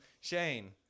Shane